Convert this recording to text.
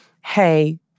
hey—